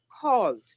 called